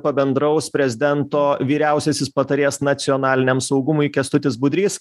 pabendraus prezidento vyriausiasis patarėjas nacionaliniam saugumui kęstutis budrys